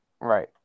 Right